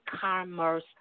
commerce